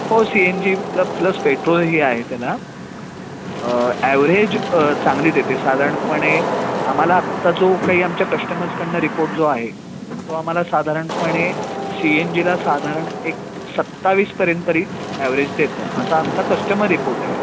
हो C N G प्लब plus पेट्रोलही आहे त्याला ॲव्हरेज चांगली देते साधारणपणे आम्हाला आत्ता जो काही आमच्या कस्टमर्सकडून रिपोर्ट जो आहे तो आम्हाला साधारणपणे सी एन जीला साधारण एक सत्तावीसपर्यंतरी ॲव्हरेज देतं असा आमचा कस्टमर रिपोर्ट आहे